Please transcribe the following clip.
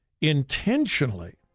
intentionally